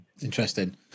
Interesting